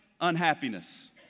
unhappiness